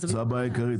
זאת הבעיה העיקרית,